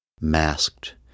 masked